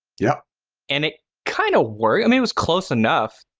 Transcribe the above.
yeah and it kind of worked, i mean it was close enough.